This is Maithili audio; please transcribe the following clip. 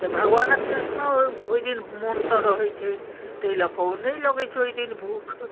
तऽ भगवानक तृष्णा ओहि दिन मनसँ रहैत छै ताहि लए कऽ ओ नहि लगैत छै ओहि दिन भूख